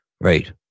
Right